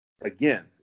again